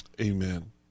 Amen